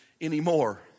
anymore